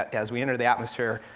as we entered the atmosphere,